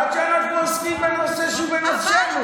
עד שאנחנו עוסקים בנושא שהוא בנפשנו.